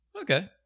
okay